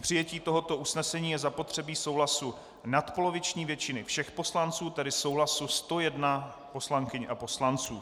K přijetí tohoto usnesení je zapotřebí souhlasu nadpoloviční většiny všech poslanců, tedy souhlasu 101 poslankyň a poslanců.